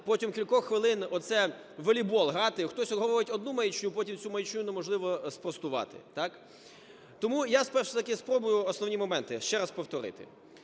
протягом кількох хвилин оце у волейбол грати: хтось говорить одну маячню, потім цю маячню неможливо спростувати? Так? Тому я все-таки спробую основні моменти ще раз повторити.